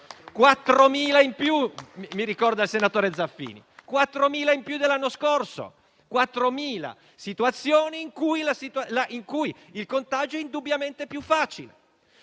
4.000 in più dell'anno scorso, 4.000 situazioni in cui il contagio è indubbiamente più facile.